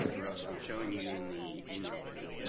russell, i'm showing you in the email chain.